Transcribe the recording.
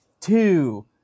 two